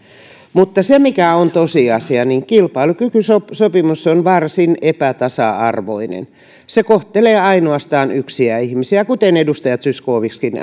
mutta se mikä on tosiasia on se että kilpailukykysopimus on varsin epätasa arvoinen se kohtelee siten ainoastaan yksiä ihmisiä kuten edustaja zyskowiczkin